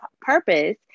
purpose